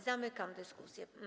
Zamykam dyskusję.